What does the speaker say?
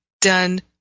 done